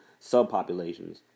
subpopulations